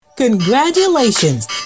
Congratulations